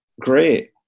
Great